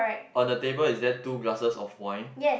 on the table is there two glasses of wine